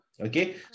Okay